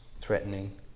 threatening